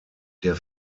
der